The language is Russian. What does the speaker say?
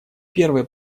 первой